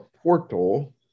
portal